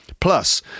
Plus